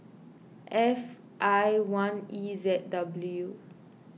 F I one E Z W